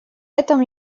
этом